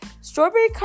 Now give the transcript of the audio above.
strawberry